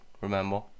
remember